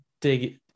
dig